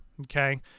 okay